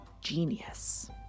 genius